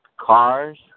cars